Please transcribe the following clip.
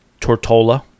Tortola